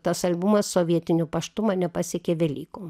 tas albumas sovietiniu paštu mane pasiekė velykom